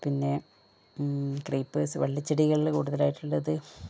പിന്നെ ക്രീപേർസ് വള്ളിചെടികളില് കൂടുതലായിട്ടിള്ളത്